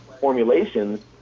formulations